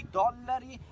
dollari